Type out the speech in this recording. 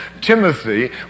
Timothy